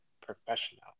professional